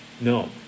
No